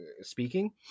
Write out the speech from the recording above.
speaking